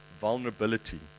vulnerability